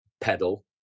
pedal